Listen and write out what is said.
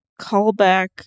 callback